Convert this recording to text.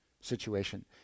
situation